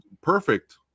perfect